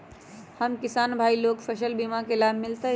हम किसान भाई लोग फसल बीमा के लाभ मिलतई?